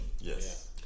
Yes